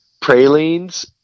Pralines